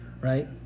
Right